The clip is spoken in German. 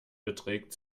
beträgt